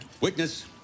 Witness